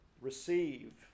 receive